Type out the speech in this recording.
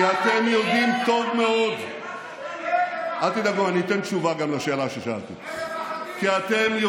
כי אתם יודעים טוב מאוד, כי הם מפחדים.